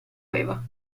aveva